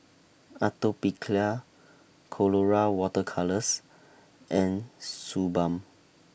Atopiclair Colora Water Colours and Suu Balm